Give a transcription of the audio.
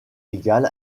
légale